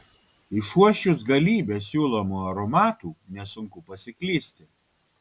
išuosčius galybę siūlomų aromatų nesunku pasiklysti